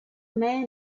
man